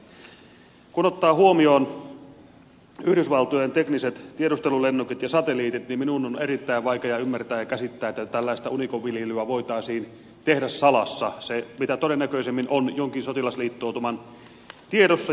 kun ottaa huomioon yhdysvaltojen tekniset tiedustelulennokit ja satelliitit minun on erittäin vaikea ymmärtää ja käsittää että tällaista unikonviljelyä voitaisiin tehdä salassa se mitä todennäköisimmin on jonkin sotilasliittoutuman tiedossa